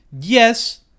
Yes